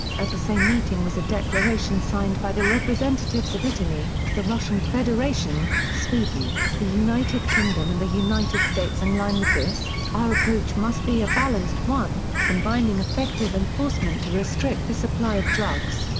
at the same meeting was a declaration signed by the representatives of italy, the russian federation, sweden, the united kingdom and the united states in line with this our approach must be a balanced one, combining effective enforcement to restrict the supply of drugs,